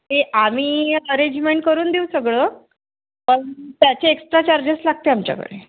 ते आम्ही अरेजमेंट करून देऊ सगळं पण त्याचे एक्स्ट्रा चार्जेस लागते आमच्याकडे